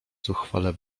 zuchwale